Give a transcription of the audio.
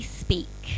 speak